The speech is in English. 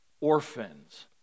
orphans